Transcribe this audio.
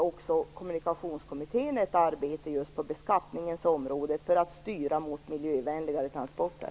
Men Kommunikationskommittén arbetar faktiskt med beskattningens område för att man skall kunna styra mot miljövänligare transporter.